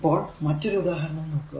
ഇപ്പോൾ മറ്റൊരു ഉദാഹരണം നോക്കുക